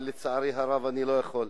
אבל לצערי הרב אני לא יכול,